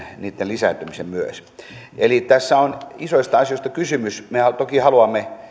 niitten lisääntyminen poistaa eli tässä on isoista asioista kysymys mehän toki haluamme